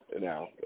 Now